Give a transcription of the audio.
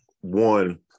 one